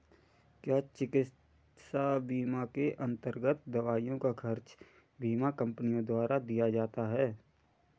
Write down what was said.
क्या चिकित्सा बीमा के अन्तर्गत दवाइयों का खर्च बीमा कंपनियों द्वारा दिया जाता है?